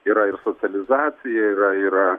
yra ir socializacija yra yra